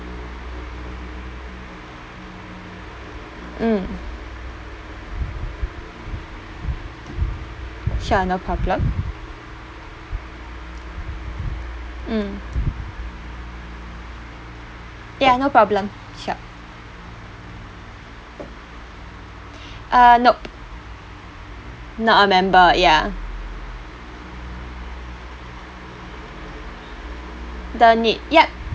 mm sure no problem mm ya no problem sure uh nope not a member ya don't need yup